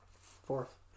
fourth